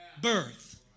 birth